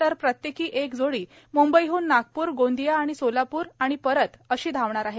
तर प्रत्येकी एक जोडी मुंबईहन नागपूर गोंदिया आणि सोलापूर आणि परत अशी धावणार आहे